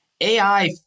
AI